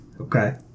Okay